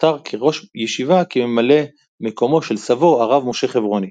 הוכתר כראש ישיבה כממלא מקומו של סבו הרב משה חברוני.